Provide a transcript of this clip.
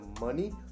money